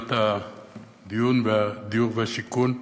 לשדולת הדיור והשיכון,